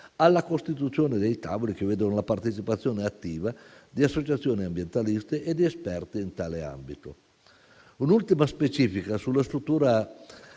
alla costituzione di tavoli che vedono la partecipazione attiva di associazioni ambientaliste ed esperte in tale ambito. Un'ultima specifica faccio sulla struttura di